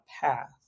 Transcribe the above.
path